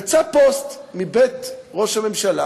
יצא פוסט מבית ראש הממשלה,